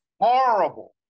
horrible